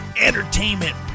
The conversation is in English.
entertainment